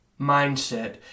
mindset